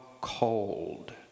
cold